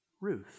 Ruth